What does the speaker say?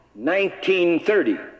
1930